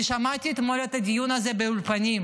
אני שמעתי אתמול את הדיון הזה באולפנים.